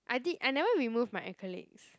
I did I never remove my acrylics